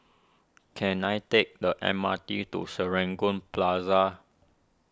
can I take the M R T to Serangoon Plaza